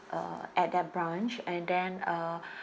uh at that branch and then uh